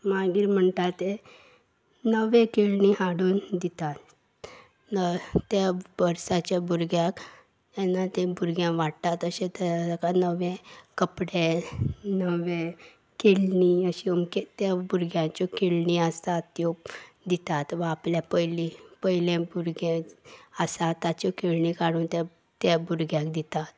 मागीर म्हणटा ते नवे खेळणी हाडून दितात त्या वर्साच्या भुरग्याक तेन्ना ते भुरग्यां वाडटात तशें ताका नवे नवे कपडे नवे खेळणी अश्यो अमके त्या भुरग्यांच्यो खेळणी आसात त्यो दितात वा आपल्या पयली पयले भुरगे आसा ताच्यो खेळणी काडून त्या त्या भुरग्याक दितात